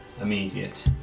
immediate